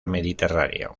mediterráneo